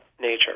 nature